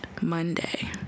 monday